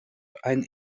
ein